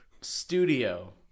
studio